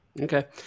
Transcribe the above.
Okay